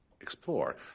explore